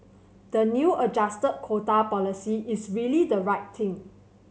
the new adjusted quota policy is really the right thing